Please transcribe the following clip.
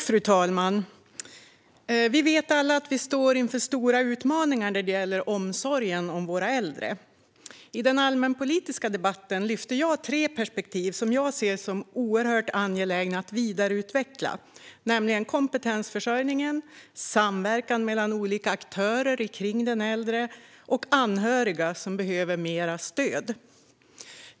Fru talman! Vi vet alla att vi står inför stora utmaningar när det gäller omsorgen om våra äldre. I den allmänpolitiska debatten lyfte jag upp tre perspektiv som jag ser som oerhört angelägna att vidareutveckla, nämligen kompetensförsörjning, samverkan mellan olika aktörer kring den äldre och anhöriga som behöver mer stöd.